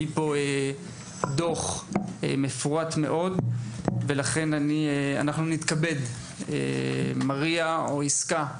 הביא פה דוח מפורט מאוד ולכן אנחנו נכבד את מריה או יסכה,